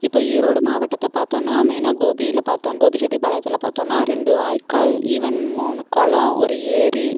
இப்போ ஈரோடு மாவட்டத்தை பார்த்தோன்னா மெய்னாக கோபியில் பார்த்தோம் கோபிச்செட்டிபாளையத்தில் பார்த்தோன்னா ரெண்டு வாய்க்கால் ஈவென் மூணு குளம் ஒரு ஏரி